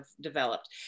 developed